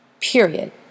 period